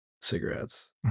cigarettes